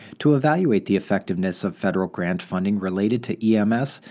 to evaluate the effectiveness of federal grant funding related to ems,